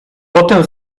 potem